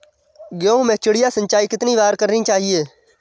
गेहूँ में चिड़िया सिंचाई कितनी बार करनी चाहिए?